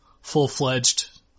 full-fledged